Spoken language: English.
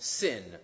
sin